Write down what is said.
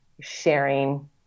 sharing